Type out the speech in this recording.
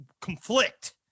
conflict